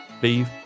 beef